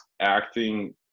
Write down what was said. acting